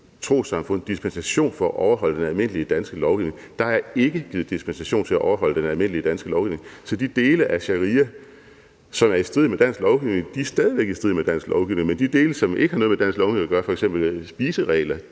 trossamfund dispensation fra at overholde den almindelige danske lovgivning. Der er ikke givet dispensation fra at overholde den almindelige danske lovgivning, så de dele af sharia, som er i strid med dansk lovgivning, er stadig væk i strid med dansk lovgivning, men de dele, som ikke har noget med dansk lovgivning at gøre, f.eks. spiseregler,